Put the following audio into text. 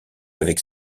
avec